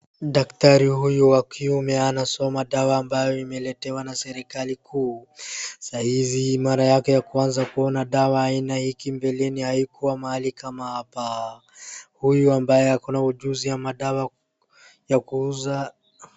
Daktari huyu wa kiume anasoma dawa ambayo imeletewa na serikali kuu. Saa hivi mara yake ya kwanza kuona dawa kama hiki mbeleni haikuwa mahali kama hapa. Huyu ambaye akona ujuzi ya madawa ya kuuza.